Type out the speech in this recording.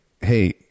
Hey